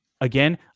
again